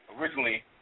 Originally